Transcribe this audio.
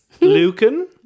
Lucan